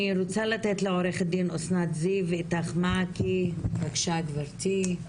אני רוצה לתת לעו"ד אסנת זיו את "איתך מעכי" בבקשה גברתי.